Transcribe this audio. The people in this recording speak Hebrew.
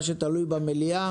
מה שתלוי במליאה